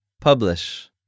Publish